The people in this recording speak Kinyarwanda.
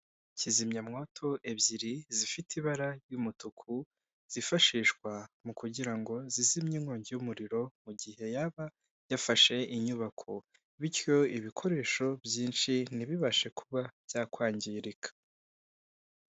Kizimyamwoto ebyiri zifite ibara ry'umutuku, zifashishwa mu kugira ngo zizimye inkongi y'umuriro mu gihe yaba yafashe inyubako, bityo ibikoresho byinshi ntibibashe kuba byakwangirika.